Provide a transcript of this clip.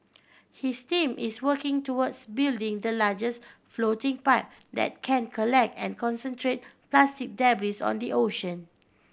his team is working towards building the largest floating pipe that can collect and concentrate plastic debris on the ocean